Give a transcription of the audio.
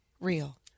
real